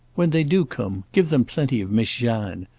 when they do come give them plenty of miss jeanne.